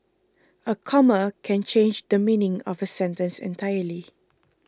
a comma can change the meaning of a sentence entirely